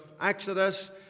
Exodus